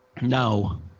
No